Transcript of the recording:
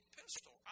pistol